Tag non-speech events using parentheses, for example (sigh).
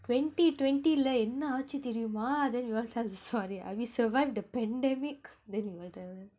twenty twenty leh என்னாச்சு தெரியுமா:ennaachu theriyumaa then you all tell the story (laughs) we survived a pandemic